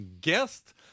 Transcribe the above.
guest